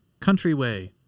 Countryway